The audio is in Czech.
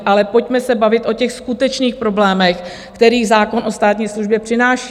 Ale pojďme se bavit o těch skutečných problémech, které zákon o státní službě přináší.